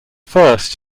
first